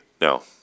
No